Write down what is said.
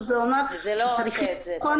שזה אומר שצריך לבחון